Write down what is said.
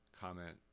comment